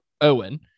Owen